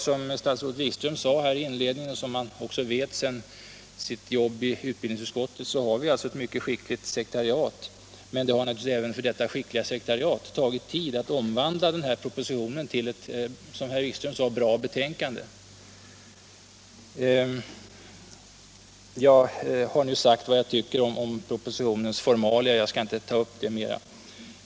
Som statsrådet Wikström sade i inledningen — och som han också känner till sedan sin tid i utbildningsutskottet — har vi ett mycket skickligt sekretariat. Men det har naturligtvis även för detta skickliga sekretariat tagit tid att omvandla den här propositionen till, som herr Wikström sade, ett bra betänkande. Jag har nu sagt vad jag tycker om propositionens formalia och skall inte ta upp det mera.